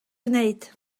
gwneud